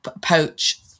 poach